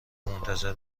منتظر